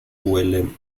huele